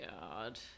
god